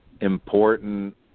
important